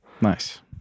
Nice